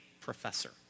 professor